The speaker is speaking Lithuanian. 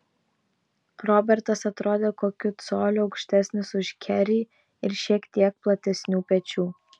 robertas atrodė kokiu coliu aukštesnis už kerį ir šiek tiek platesnių pečių